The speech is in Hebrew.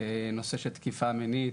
בנושא של תקיפה מינית,